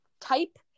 type